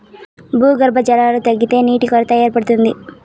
భూగర్భ జలాలు తగ్గితే నీటి కొరత ఏర్పడుతుంది